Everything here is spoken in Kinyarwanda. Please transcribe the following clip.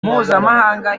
mpuzamahanga